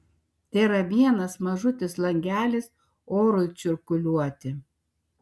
tėra vienas mažutis langelis orui cirkuliuoti